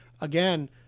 again